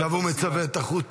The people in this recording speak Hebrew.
עכשיו הוא מצווה את החות'ים.